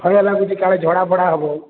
ଭୟ ଲାଗୁଛି କାଳେ ଝଡ଼ା ଫଡ଼ା ହେବ